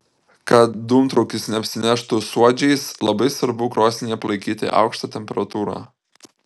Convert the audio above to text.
kad dūmtraukis neapsineštų suodžiais labai svarbu krosnyje palaikyti aukštą temperatūrą